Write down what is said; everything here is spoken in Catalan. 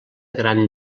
gran